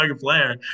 player